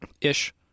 Ish